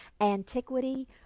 antiquity